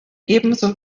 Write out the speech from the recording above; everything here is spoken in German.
ebenso